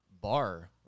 bar